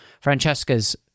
Francesca's